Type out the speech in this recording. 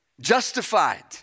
justified